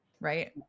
Right